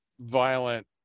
violent